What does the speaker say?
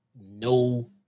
No